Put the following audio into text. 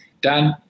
Dan